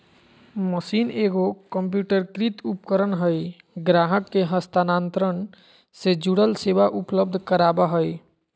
machine एगो कंप्यूटरीकृत उपकरण हइ ग्राहक के हस्तांतरण से जुड़ल सेवा उपलब्ध कराबा हइ